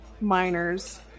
miners